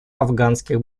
афганских